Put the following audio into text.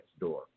Nextdoor